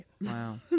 wow